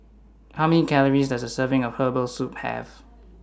How Many Calories Does A Serving of Herbal Soup Have